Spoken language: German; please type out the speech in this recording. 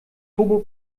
turbo